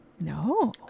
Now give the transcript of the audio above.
No